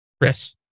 Chris